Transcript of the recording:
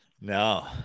No